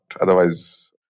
otherwise